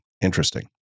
Interesting